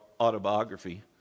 autobiography